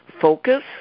focus